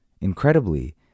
Incredibly